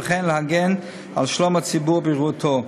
וכן להגן על שלום הציבור ועל בריאותו.